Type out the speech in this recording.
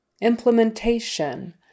implementation